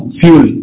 fuel